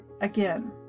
again